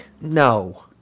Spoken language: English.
No